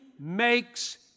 makes